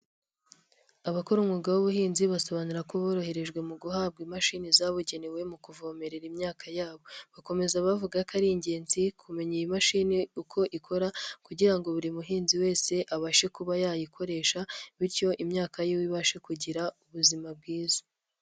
Abakora umwuga w'ubuhinzi basobanura ko boroherejwe mu guhabwa imashini zabugenewe mu kuvomerera imyaka yabo, bakomeza bavuga ko ari ingenzi kumenya iyi mashini uko ikora kugira ngo buri muhinzi wese abashe kuba yayikoresha bityo imyaka y'iwe ibashe kugira ubuzima bwiza.